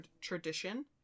tradition